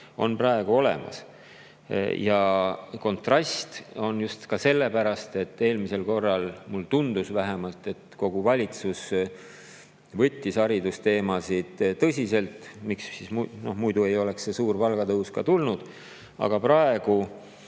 on praegu olemas. Ja kontrast on just sellepärast, et eelmisel korral, mulle tundus vähemalt, kogu valitsus võttis haridusteemasid tõsiselt, muidu ei oleks see suur palgatõus tulnud. Aga praegu